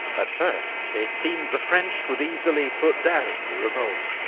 at first it seemed the french would easily put down the revolt.